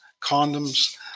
condoms